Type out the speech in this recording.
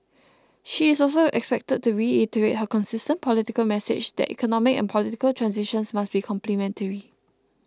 she is also expected to reiterate her consistent political message that economic and political transitions must be complementary